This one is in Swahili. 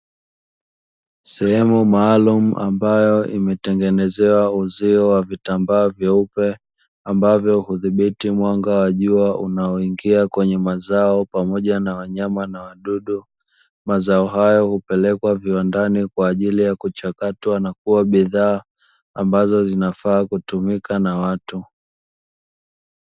Sehemu maalumu ambayo imetengenezewa uzio wa vitambaa vyeupe, ambavyo hudhibiti mwanga wa jua unaoingia kwenye mazao pamoja na wanyama na wadudu. Mazao hayo hupelekwa viwandani kwa ajili ya kuchakatwa na kuwa bidhaa ambazo zinafaa kutumika na watu.